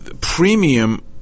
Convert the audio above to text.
premium